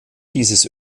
dieses